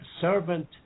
servant